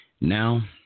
now